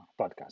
podcast